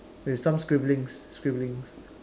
with some scribbling scribblings